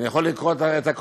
אני יכול לקרוא את הכותרות.